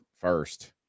first